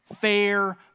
fair